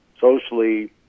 socially